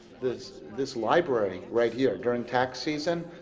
this this library right here during tax season,